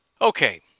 Okay